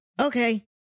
Okay